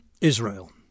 Israel